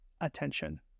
attention